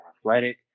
athletic